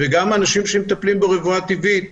גם אנשים שמטפלים ברפואה טבעית